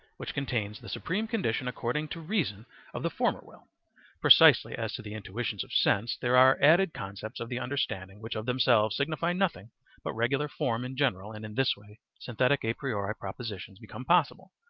which contains the supreme condition according to reason of the former will precisely as to the intuitions of sense there are added concepts of the understanding which of themselves signify nothing but regular form in general and in this way synthetic a priori propositions become possible,